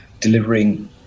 delivering